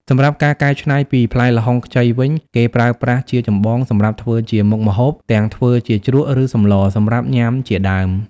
សម្រាប់ការកែច្នៃពីផ្លែល្ហុងខ្ចីវិញ គេប្រើប្រាស់ជាចម្បងសម្រាប់ធ្វើជាមុខម្ហូប ទាំងធ្វើជាជ្រក់ ឬសម្លរ សម្រាប់ញាំជាដើម។